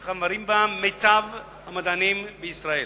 שחברים בה מיטב המדענים בישראל.